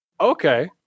okay